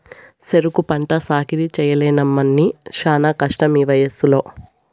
సెరుకు పంట సాకిరీ చెయ్యలేనమ్మన్నీ శానా కష్టమీవయసులో